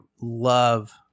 love